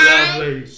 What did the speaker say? Lovely